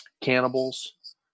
cannibals